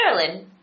Carolyn